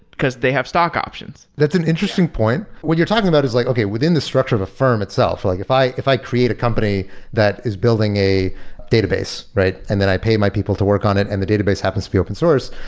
because they have stock options. that's an interesting point. what you're talking about is like, okay, within the structure of a firm itself, like if i if i create a company that is building a database and then i pay my people to work on it and the database happens to be open source,